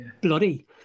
bloody